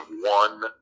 one